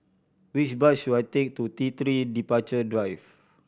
which bus should I take to T Three Departure Drive